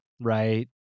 right